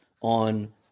on